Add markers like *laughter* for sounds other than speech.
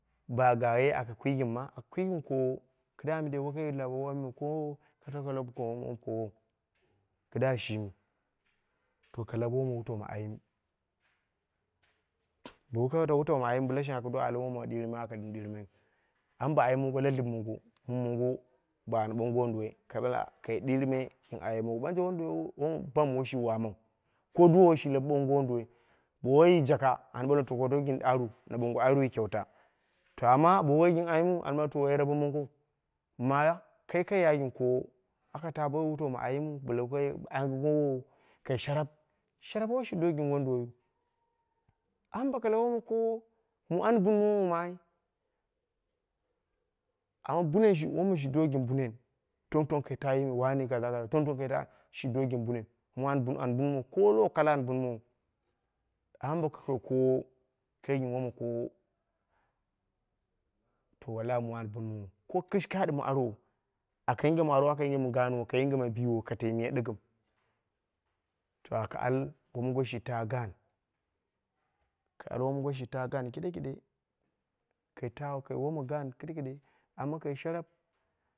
Ba gaghe aka kwi gɨn ma, aka kwi gɨn koowo kɨdda mindei wokai lawa woma koowou. Kɨdda shimi baka lau woma wutau ma yim, bo wokai ya wutau wutau ma ayimu bɨlka shang aka al woma ɗirma aka ɗɨrmai amma bo ayim monga la dip mongo mu mongo ba an bongo wonduwai kai ɓalmai a kai ɗirmai gɨn ayim mongo, to banje wonduwoi mɨ bam woi shi waamau, ko duwo wo shi lab ɓoowo wonduwoi bo woiyi jakka an ɓalmai na ɓoongo aru na ɓoongo arui kyeuta to amma bo woi gɨm ayimu an ɓalmai woi rabo mongou, ma, kai kai ya gɨn koowo aka ta bo wutau ma ayima bɨla kaye angimowou kai sharap woi shdo gɨn wonduwoiyu. Amma boko lau woma koowo mu bunmowou ma ai, amma bunen wom shi do gɨn bunen tong tong kai ta yini wane kaza aza shi do gɨn bunen mu wani bun ani bunmowo ko la kalla an bun mowo. Amma bo ka kakoko kai gɨn woma koowo, to wallahi mu wani bunmo wou ko kishikaɗi mɨ arwo aka yinge mɨ arwo aka yinge mɨ gaanwou, kai yinge moi biwo ka tai miya ɗɨgɨm. To aka al womongi shi ta gaan, aka al womongo shi ta gaan kɨɗekɨɗe ka ta ka gomna gaan kiɗekiɗe ammo kai *unintelligible*